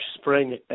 spring